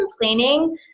complaining